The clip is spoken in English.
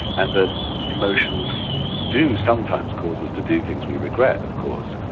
and that emotions do sometimes cause us to do things we regret, of course.